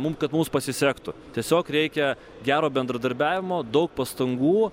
mum kad mums pasisektų tiesiog reikia gero bendradarbiavimo daug pastangų